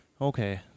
Okay